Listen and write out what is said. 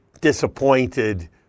disappointed